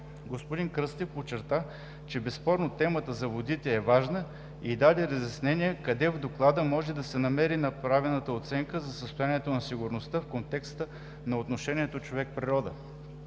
Господин Кръстев подчерта, че безспорно темата за водите е важна и даде разяснения къде в Доклада може да се намери направената оценка за състоянието на сигурността в контекста на отношението човек-природа.